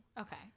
Okay